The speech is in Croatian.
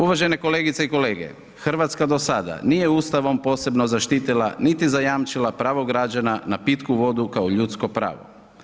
Uvažene kolegice i kolege Hrvatska do sada nije Ustavcom posebno zaštitila niti zajamčila pravo građana na pitku odu kao ljudsko pravo.